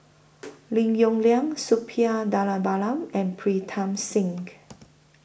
Lim Yong Liang Suppiah Dhanabalan and Pritam Singh